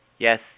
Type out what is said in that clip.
Yes